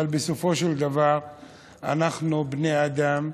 אבל בסופו של דבר אנחנו בני אדם.